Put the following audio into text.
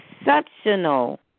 exceptional